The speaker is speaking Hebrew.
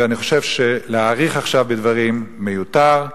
ואני חושב שלהאריך עכשיו בדברים, מיותר.